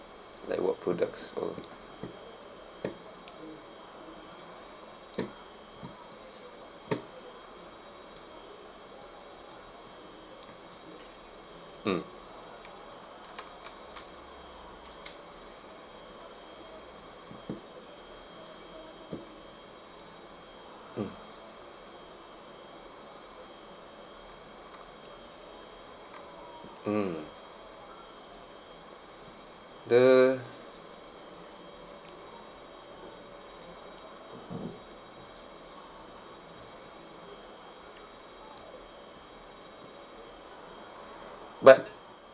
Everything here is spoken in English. like what products or mm mm mm the but